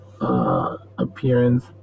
Appearance